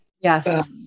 Yes